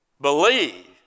believe